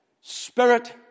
Spirit